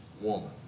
woman